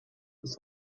bis